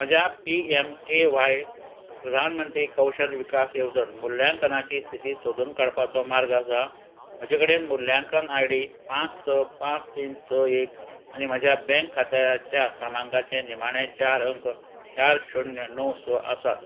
म्हज्या P M K Y प्रधानमंत्री कौशल विकास येवजण मुल्यांकनाची स्थिती सोदून काडपाचो मार्ग आसा म्हजे कडेन मुल्यांकन आय डी पांच स पांच तीन स एक आनी म्हज्या बँक खात्याच्या क्रमांकाचे निमाणें चार अंक चार शुन्य णव स आसात